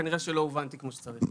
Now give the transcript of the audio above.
כנראה שלא הובנתי כמו שצריך.